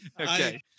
okay